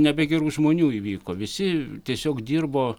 ne be gerų žmonių įvyko visi tiesiog dirbo